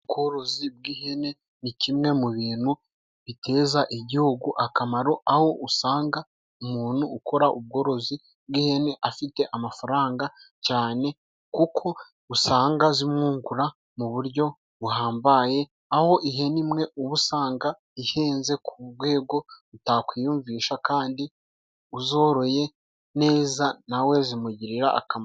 Ubworozi bw'ihene ni kimwe mu bintu biteza igihugu akamaro, aho usanga umuntu ukora ubworozi bw'ihene afite amafaranga cyane, kuko usanga zimwungura mu buryo buhambaye, aho ihene imwe uba usanga ihenze ku rwego utakwiyumvisha, kandi uzoroye neza nawe zimugirira akamaro.